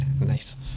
Nice